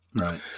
Right